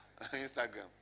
Instagram